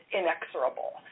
inexorable